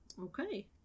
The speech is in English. Okay